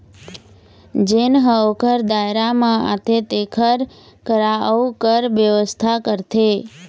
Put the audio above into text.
जेन ह ओखर दायरा म आथे तेखर करा अउ कर बेवस्था करथे